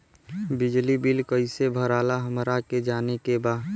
बिजली बिल कईसे भराला हमरा के जाने के बा?